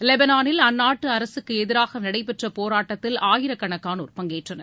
லெபனானில் அந்நாட்டு அரசுக்கு எதிராக நடைபெற்ற போராட்டத்தில் ஆயிரக்கணக்கானோா் பங்கேற்றன்